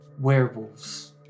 Werewolves